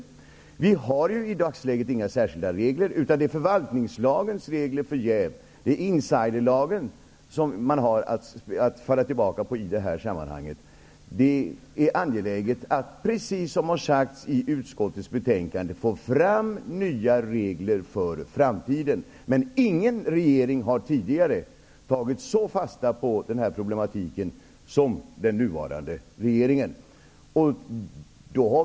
Det finns inga särskilda regler i dagsläget, utan det är förvaltningslagens relger för jäv och insiderlagen som man har att falla tillbaka på i det här sammanhanget. Det är angeläget, precis som har sagts i utskottets betänkande, att få fram nya regler för framtiden. Men inte någon regering har tidigare tagit fasta på den här problematiken så som den nuvarande regeringen har gjort.